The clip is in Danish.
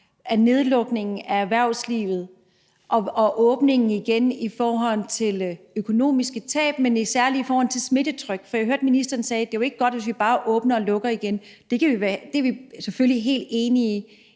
med nedlukningen af erhvervslivet og åbningen igen i forhold til økonomiske tab og især i forhold til smittetryk? For jeg hørte ministeren sige, at det jo ikke er godt, hvis vi bare åbner og lukker igen. Det er vi selvfølgelig helt enige i.